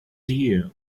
you